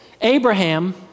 Abraham